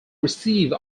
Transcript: received